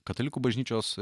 katalikų bažnyčios